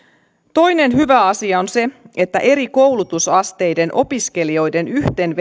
toinen hyvä asia on se että eri koulutusasteiden opiskelijoiden